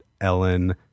Ellen